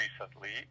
recently